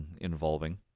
involving